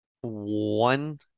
one